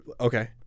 Okay